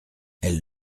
elle